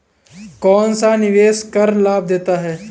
कौनसा निवेश कर लाभ देता है?